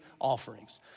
offerings